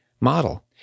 model